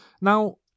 Now